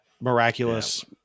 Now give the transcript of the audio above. miraculous